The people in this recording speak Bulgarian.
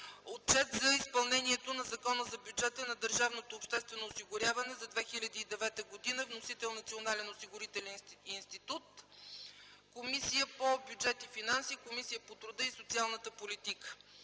Отчет за изпълнението на Закона за бюджета на Държавното обществено осигуряване за 2009 г. Вносител – Националният осигурителен институт. Разпределен е на Комисията по бюджет и финанси и Комисията по труда и социалната политика;